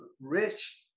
Rich